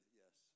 yes